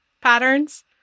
patterns